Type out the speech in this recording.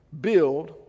build